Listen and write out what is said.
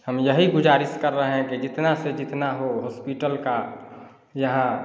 हम यही गुज़ारिश कर रहे हैं कि जितना से जितना हो हॉस्पिटल की यहाँ